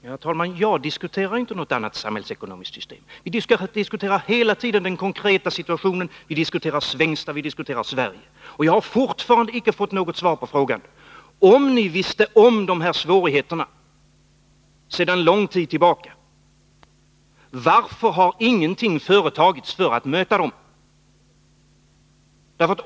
Herr talman! Jag diskuterar inte något annat samhällsekonomiskt system. Vi diskuterar hela tiden den konkreta situationen — vi diskuterar Svängsta, och vi diskuterar Sverige. Jag har fortfarande inte fått något svar på frågan: Om ni sedan lång tid tillbaka kände till dessa svårigheter, varför har ni då ingenting gjort för att möta dem?